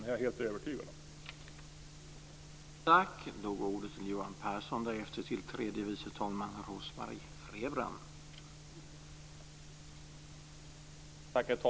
Jag är helt övertygad om det.